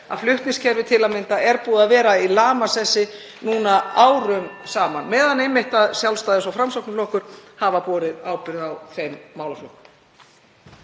að flutningskerfið til að mynda er búið að vera í lamasessi núna árum saman, einmitt á meðan Sjálfstæðis- og Framsóknarflokkur hafa borið ábyrgð á þeim málaflokki.